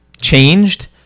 changed